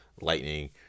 lightning